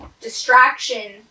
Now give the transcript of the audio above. distraction